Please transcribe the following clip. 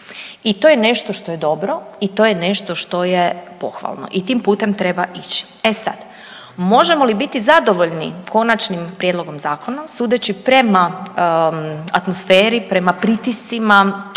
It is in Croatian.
i to je nešto što je dobro, i to je nešto što je pohvalno i tim putem treba ići. E sada, možemo li biti zadovoljni Konačnim prijedlogom zakona sudeći prema atmosferi, prema pritiscima